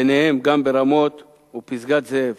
ביניהם גם ברמות ובפסגת-זאב.